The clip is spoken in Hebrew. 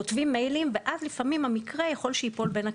כותבים מיילים ואז לפעמים המקרה יכול שייפול בין הכיסאות,